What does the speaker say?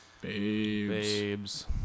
Babes